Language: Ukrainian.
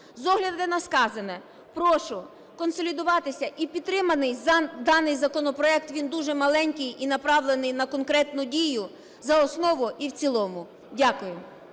З огляду на сказане, прошу консолідуватися і підтримати даний законопроект, він дуже маленький і направлений на конкретну дію, за основу і в цілому. Дякую.